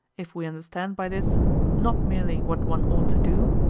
if we understand by this not merely what one ought to do,